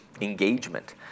engagement